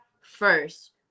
first